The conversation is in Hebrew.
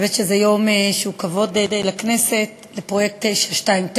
אני חושבת שזה יום שהוא כבוד לכנסת, לפרויקט 929,